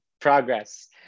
progress